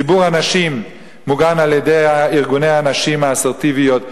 ציבור הנשים מוגן על-ידי ארגוני הנשים האסרטיביות,